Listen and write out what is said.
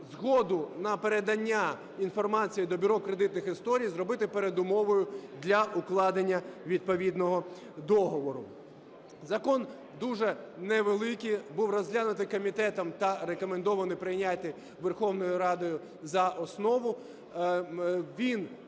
згоду на передання інформації до бюро кредитних історій зробити передумовою для укладення відповідного договору. Закон дуже невеликий. Був розглянутий комітетом та рекомендовано прийняти Верховною Радою за основу.